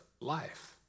life